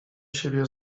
siebie